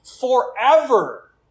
forever